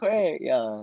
correct ya